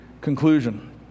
conclusion